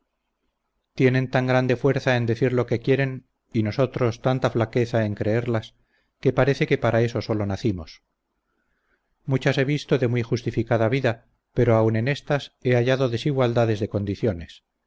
tienen tan grande fuerza en decir lo que quieren y nosotros tanta flaqueza en creerlas que parece que para eso solo nacimos muchas he visto de muy justificada vida pero aun en estas he hallado desigualdades de condiciones